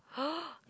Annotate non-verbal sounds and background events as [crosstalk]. [noise]